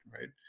right